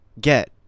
get